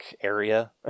area